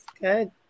good